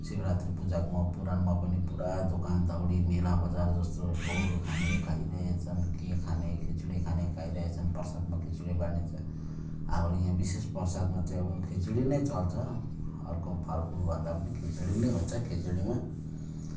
शिवरात्रि पूजाकोमा पुराणमा पनि दुकानदौडी मेलाबजार जस्तो भोज खाने खाइरहेछन् के खाने खिचडी खाने खाइरहेछन् प्रसादमा खिचडी बाड्ने च आब यहाँ विशेष प्रसादमा चाहिँ अब खिचडी नै चल्छ अर्को फलफुलभन्दा पनि खिचडी नै हुन्छ खिचडीमा